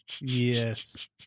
Yes